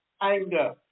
anger